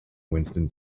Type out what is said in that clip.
winston